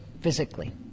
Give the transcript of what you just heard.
physically